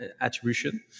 attribution